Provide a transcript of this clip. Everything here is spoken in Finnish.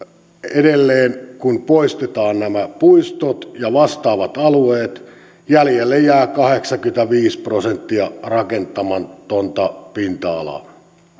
edelleen kun poistetaan nämä puistot ja vastaavat alueet jäljelle jää kahdeksankymmentäviisi prosenttia rakentamatonta pinta alaa